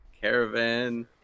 caravan